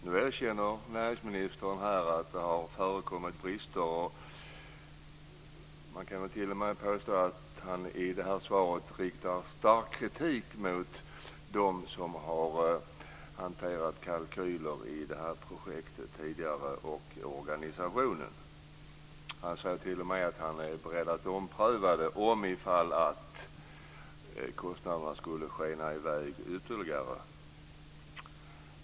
Nu erkänner näringsministern att det har förekommit brister. Man kan t.o.m. påstå att han i detta svar riktar stark kritik mot dem som har hanterat kalkyler i detta projekt tidigare och organisationen. Han säger t.o.m. att han är beredd att ompröva det om kostnaderna skulle skena i väg ytterligare.